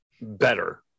better